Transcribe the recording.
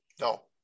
No